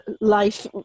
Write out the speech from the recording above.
life